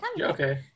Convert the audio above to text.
Okay